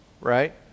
Right